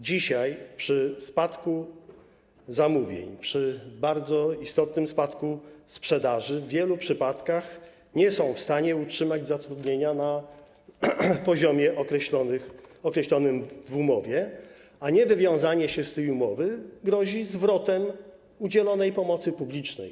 Dzisiaj, przy spadku zamówień, przy bardzo istotnym spadku sprzedaży, w wielu przypadkach nie są one w stanie utrzymać zatrudnienia na poziomie określonym w umowie, a niewywiązanie się z tej umowy grozi zwrotem udzielonej pomocy publicznej.